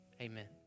Amen